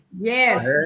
Yes